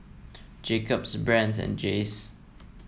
Jacob's Brand's and Jays